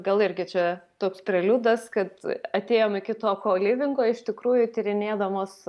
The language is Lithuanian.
gal irgi čia toks preliudas kad atėjom iki to kolivingo iš tikrųjų tyrinėdamos